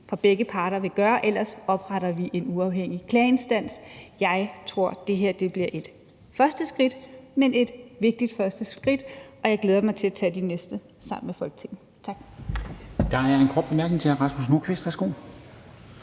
at begge parter vil gøre. Ellers opretter vi en uafhængig klageinstans. Jeg tror, det her bliver et første skridt, men et vigtigt første skridt, og jeg glæder mig til at tage de næste sammen med Folketinget. Tak.